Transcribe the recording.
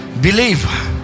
believe